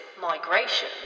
migration